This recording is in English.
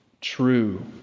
true